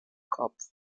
kopf